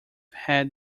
had